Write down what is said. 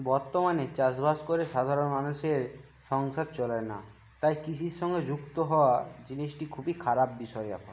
বর্তমানে চাষ বাস করে সাধারণ মানুষের সংসার চলে না তাই কৃষির সঙ্গে যুক্ত হওয়া জিনিসটি খুবই খারাপ বিষয় এখন